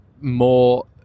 more